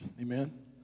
Amen